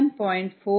6 s 21